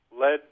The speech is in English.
led